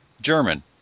German